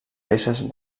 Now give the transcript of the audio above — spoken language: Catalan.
peces